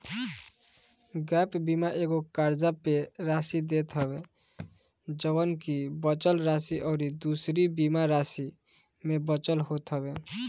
gap बीमा एगो कर्जा पअ राशि के देत हवे जवन की बचल राशि अउरी दूसरी बीमा राशि में बचल होत हवे